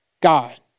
God